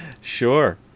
sure